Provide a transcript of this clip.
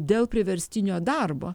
dėl priverstinio darbo